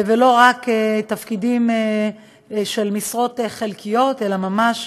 ולא רק תפקידים של משרות חלקיות, אלא ממש,